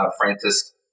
Francis